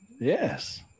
Yes